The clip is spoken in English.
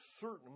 certain